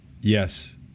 Yes